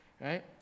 right